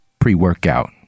pre-workout